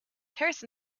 terse